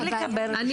אני